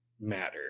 matter